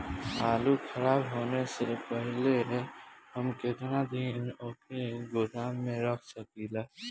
आलूखराब होने से पहले हम केतना दिन वोके गोदाम में रख सकिला?